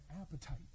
appetite